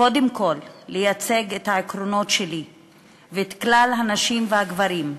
קודם כול לייצג את העקרונות שלי ואת כלל הנשים והגברים,